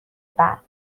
برق